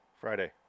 Friday